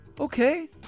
Okay